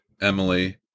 emily